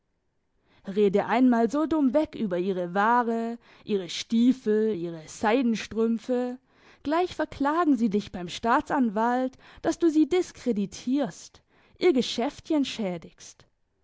rede einmal so dumm weg über ihre ware ihre stiefel ihre seidenstrümpfe gleich verklagen sie dich beim staatsanwalt dass du sie diskreditierst ihr geschäftchen schädigst